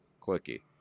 clicky